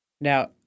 Now